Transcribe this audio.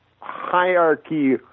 hierarchy